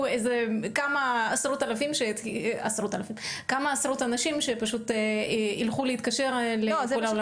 כמה עשרות אנשים שפשוט ילכו להתקשר לבדוק.